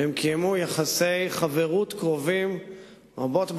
והם קיימו יחסי חברות קרובים רבות בשנים,